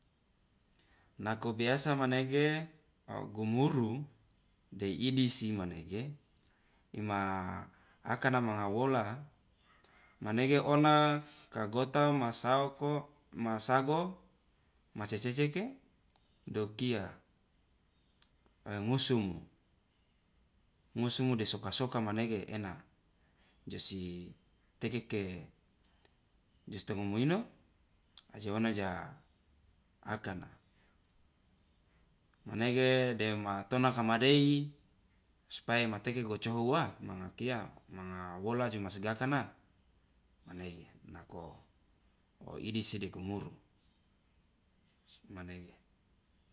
Nako biasa manege o gumuru de idisi manege ima akana manga wola manege ona ka gota ma saoko ma sago ma ceceke de okia ngusumu ngusumu de soka soka manege ena josi teke ke josi tongomu ino aje ona ja akana manege dema tonaka madei supaya ima teke gocoho wa manga kia manga wola jomasgakana manege nako oidisi de gumuru sokomanege.